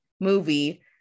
movie